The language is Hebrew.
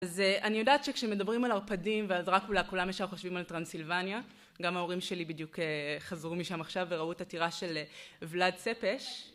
אז אני יודעת שכשמדברים על ערפדים ועל דרקולה כולם ישר חושבים על טרנסילבניה, גם ההורים שלי בדיוק חזרו משם עכשיו וראו את הטירה של ולאד צֶפֶּשׁ